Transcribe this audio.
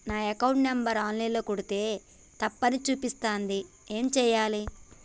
నా account number online ల కొడ్తే తప్పు అని చూపిస్తాంది ఏం చేయాలి?